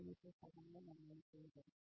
అది ఈ పుస్తకంలో నమోదు చేయబడింది